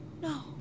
No